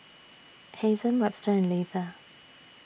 Hazen Webster and Leitha